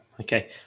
okay